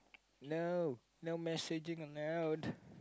no no messaging allowed